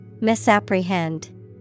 Misapprehend